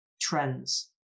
trends